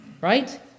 Right